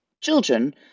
children